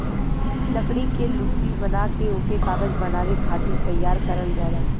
लकड़ी के लुगदी बना के ओके कागज बनावे खातिर तैयार करल जाला